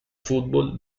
fútbol